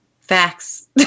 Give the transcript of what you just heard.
Facts